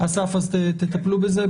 אסף, תטפלו בזה.